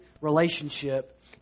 relationship